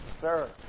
sir